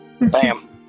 Bam